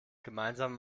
gemeinsame